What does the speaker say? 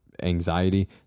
anxiety